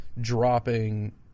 dropping